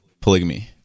polygamy